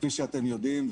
כפי שאתם יודעים.